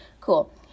Cool